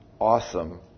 awesome